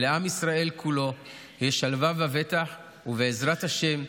ולעם ישראל כולו יהיו שלווה ובטח, ובעזרת השם,